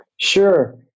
Sure